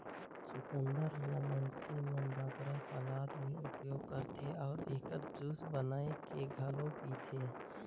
चुकंदर ल मइनसे मन बगरा सलाद में उपयोग करथे अउ एकर जूस बनाए के घलो पीथें